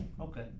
okay